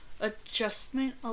Adjustment